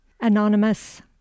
Anonymous